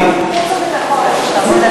חוץ וביטחון.